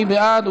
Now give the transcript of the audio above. מי בעד?